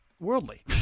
worldly